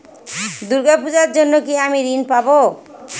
দূর্গা পূজার জন্য কি আমি ঋণ পাবো?